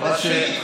חבל שברחת,